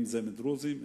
אם דרוזים,